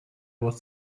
was